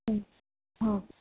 ह्म् आम्